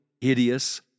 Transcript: hideous